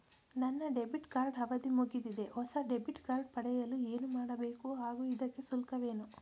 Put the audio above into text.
ನನ್ನ debit card ಅವಧಿ ಮುಗಿದಿದೆ ಹೊಸ ಡೆಬಿಟ್ ಕಾರ್ಡ್ ಪಡೆಯಲು ಏನು ಮಾಡಬೇಕು ಹಾಗೂ ಇದಕ್ಕೆ ಶುಲ್ಕವೇನು?